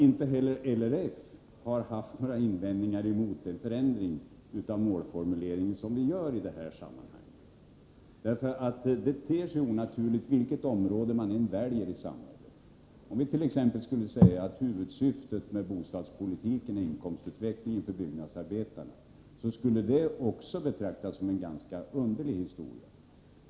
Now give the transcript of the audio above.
Inte heller LRF har haft några invändningar mot den förändring av målformuleringen som vi gör i detta sammanhang. Den tidigare målformuleringen ter sig onaturlig vilket område i samhället vi än väljer. Om vi t.ex. skulle säga att huvudsyftet med bostadspolitiken är att främja inkomstutvecklingen för byggnadsarbetare skulle också det betraktas som ganska underligt.